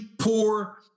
poor